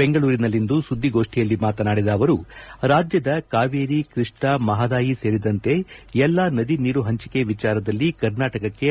ಬೆಂಗಳೂರಿನಲ್ಲಿಂದು ಸುದ್ವಿಗೋಷ್ಠಿಯಲ್ಲಿ ಮಾತನಾಡಿದ ಅವರು ರಾಜ್ಯದ ಕಾವೇರಿ ಕೃಷ್ಣ ಮಹದಾಯಿ ಸೇರಿದಂತೆ ಎಲ್ಲಾ ನದಿ ನೀರು ಹಂಚಿಕೆ ವಿಚಾರದಲ್ಲಿ ಕರ್ನಾಟಕಕ್ಕೆ